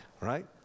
Right